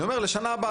לשנה הבאה,